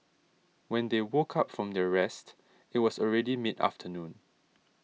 when they woke up from their rest it was already mid afternoon